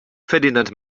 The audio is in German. ferdinand